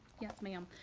yes, ma'am.